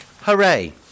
Hooray